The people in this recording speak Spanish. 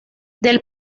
del